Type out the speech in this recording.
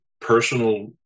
personal